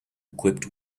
equipped